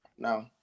No